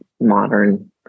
modern